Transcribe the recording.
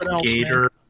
Gator